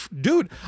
dude